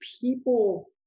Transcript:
people